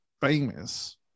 famous